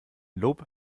lob